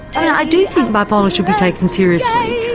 and i do think bipolar should be taken seriously,